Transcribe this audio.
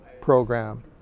Program